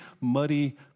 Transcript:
muddy